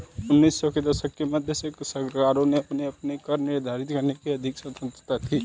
उन्नीस सौ के दशक के मध्य से सरकारों को अपने कर निर्धारित करने की अधिक स्वतंत्रता थी